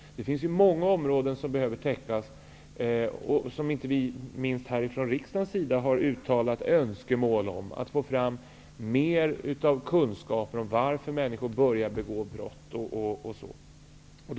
Det finns ju många områden som behöver täckas, som inte minst vi från riksdagens sida har uttalat önskemål om. Det har gällt att få fram mer kunskaper om varför människor börjar begå brott osv.